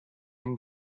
and